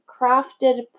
crafted